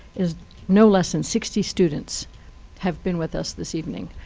is no less than sixty students have been with us this evening.